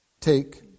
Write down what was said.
Take